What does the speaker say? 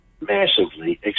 massively